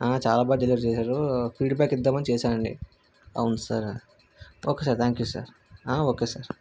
చాలా బాగా డెలివరీ చేశాడు ఫీడ్బ్యాక్ ఇద్దామని చేశానండి అవును sir okay sir thank you sir okay sir